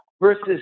versus